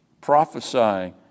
prophesying